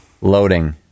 Loading